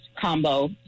combo